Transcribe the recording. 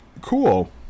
Cool